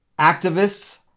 activists